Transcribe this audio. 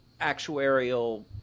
actuarial